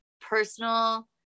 personal